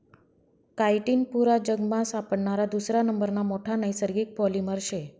chitin पुरा जगमा सापडणारा दुसरा नंबरना मोठा नैसर्गिक पॉलिमर शे